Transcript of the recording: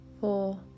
four